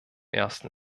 ersten